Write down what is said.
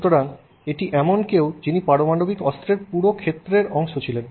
সুতরাং এটি এমন কেউ যিনি পারমাণবিক অস্ত্রের পুরো ক্ষেত্রের অংশ ছিলেন